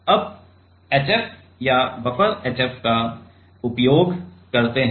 अब हम HF या बफर HF का उपयोग करते हैं